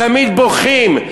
תמיד בוכים.